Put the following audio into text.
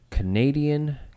Canadian